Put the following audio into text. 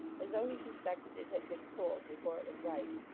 as though he suspected it had been pulled be fore it was ripe.